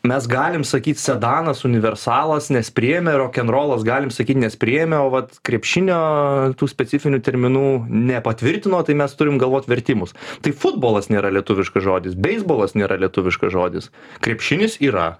mes galim sakyt sedanas universalas nes priėmė rokenrolas galim sakyt nes priėmė o vat krepšinio tų specifinių terminų nepatvirtino tai mes turim galvot vertimus tai futbolas nėra lietuviškas žodis beisbolas nėra lietuviškas žodis krepšinis yra